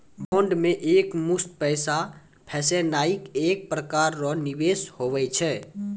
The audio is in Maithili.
बॉन्ड मे एकमुस्त पैसा फसैनाइ एक प्रकार रो निवेश हुवै छै